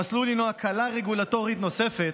המסלול הוא הקלה רגולטורית נוספת,